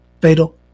Fatal